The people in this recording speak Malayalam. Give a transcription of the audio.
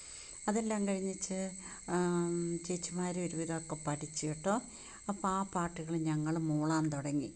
അതെല്ലാം കഴിഞ്ഞേച്ച് ചേച്ചിമാര് ഒരുവിധമൊക്കെ പഠിച്ചു കെട്ടോ അപ്പോൾ ആ പാട്ടുകൾ ഞങ്ങള് മൂളാൻ തുടങ്ങി